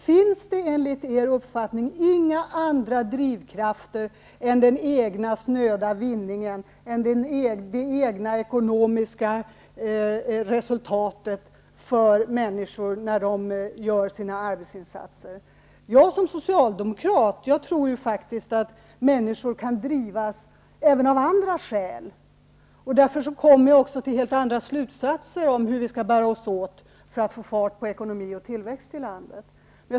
Finns det enligt er uppfattning inga andra drivkrafter än den egna snöda vinningens drivkraft, det egna ekonomiska resultatet, när människor gör sina arbetsinsatser? Jag såsom socialdemokrat tror faktiskt att människor kan drivas även av andra skäl. Det är därför jag också kommer till helt andra slutsatser om hur vi skall bära oss åt för att få fart på ekonomi och tillväxt i landet.